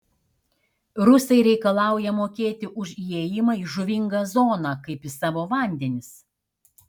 rusai reikalauja mokėti už įėjimą į žuvingą zoną kaip į savo vandenis